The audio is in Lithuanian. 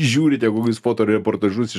žiūrite kokius fotoreportažus iš